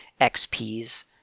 XPs